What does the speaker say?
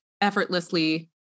effortlessly